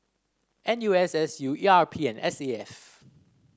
N U S S U E R P and S A F